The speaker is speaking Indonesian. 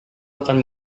akan